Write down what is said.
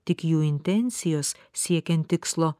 tik jų intencijos siekiant tikslo